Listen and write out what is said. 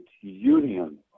Union